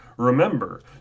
Remember